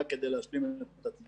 רק כדי להשלים את התמונה.